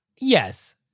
Yes